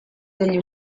degli